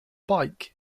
bike